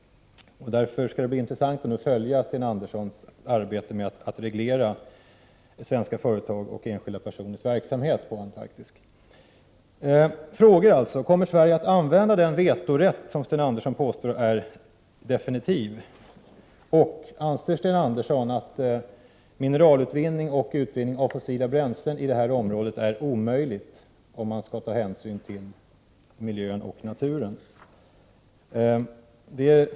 Därför skall det bli intressant att följa Sten Anderssons arbete när det gäller att reglera svenska företags och enskilda personers verksamhet i Antarktis. Kommer Sverige alltså att använda sig av den vetorätt som Sten Andersson påstår är definitiv? Och anser Sten Andersson att det är omöjligt med mineralutvinning och utvinning av fossila bränslen i det här området, om man skall ta hänsyn till miljön och naturen?